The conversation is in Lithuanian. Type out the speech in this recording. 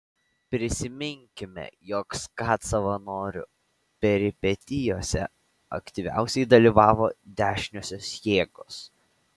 prisiminkime jog skat savanorių peripetijose aktyviausiai dalyvavo dešiniosios jėgos